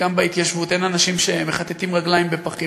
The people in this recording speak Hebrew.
שבהתיישבות אין מי שמחטטים בפחים,